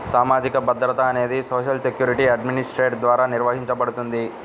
సామాజిక భద్రత అనేది సోషల్ సెక్యూరిటీ అడ్మినిస్ట్రేషన్ ద్వారా నిర్వహించబడుతుంది